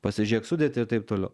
pasižiūrėk sudėtį ir taip toliau